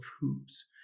hoops